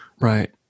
Right